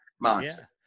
monster